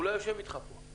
הוא לא היה יושב איתך פה.